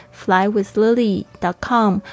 flywithlily.com